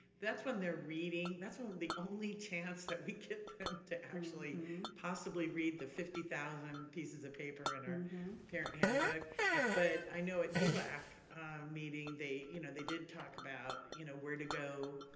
that's when they're reading, that's the only chance that we get them to actually possibly read the fifty thousand pieces of paper in our parent handbook but i know at delac meeting, they you know they did talk about you know where to go,